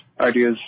ideas